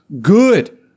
good